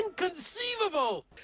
Inconceivable